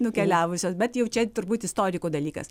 nukeliavusios bet jau čia turbūt istorikų dalykas